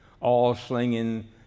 all-slinging